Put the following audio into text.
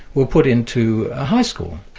were put into a high school,